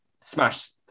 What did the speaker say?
smashed